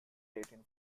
latin